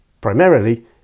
Primarily